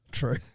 true